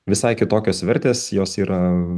visai kitokios vertės jos yra